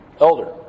elder